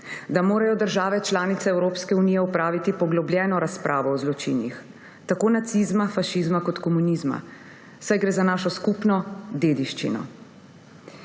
da morajo države članice Evropske unije opraviti poglobljeno razpravo o zločinih, tako nacizma, fašizma kot komunizma, saj gre za našo skupno dediščino.